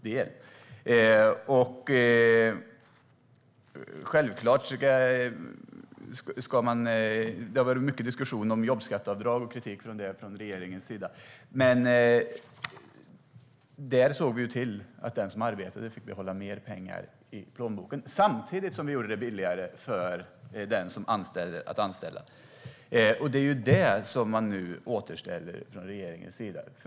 Det har varit mycket diskussion om jobbskatteavdraget och mycket kritik mot det från regeringens sida, men med det såg vi till att den som arbetade fick behålla mer pengar i plånboken samtidigt som vi gjorde det billigare att anställa. Det är det här som man nu återställer från regeringens sida.